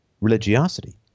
religiosity